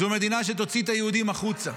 זו מדינה שתוציא את היהודים החוצה.